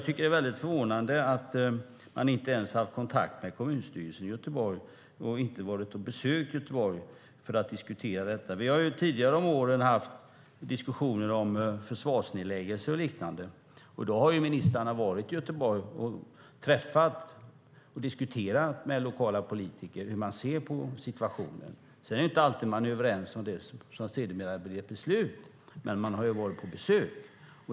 Det är förvånande att man inte ens har haft kontakt med kommunstyrelsen i Göteborg eller besökt Göteborg för att diskutera frågan. Tidigare under åren har vi haft diskussioner om försvarsnedläggelser och liknande. Då har ministrarna kommit till Göteborg och diskuterat med lokala politiker hur de ser på situationen. Sedan är man inte alltid överens med det som sedermera blir beslutet, men man har varit på besök.